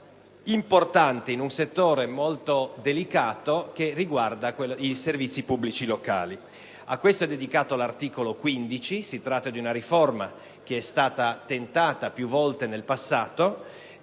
importante in un settore molto delicato che riguarda i servizi pubblici locali. A questo è dedicato l'articolo 15. Si tratta di una riforma che è stata tentata più volte nel passato